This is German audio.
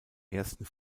ersten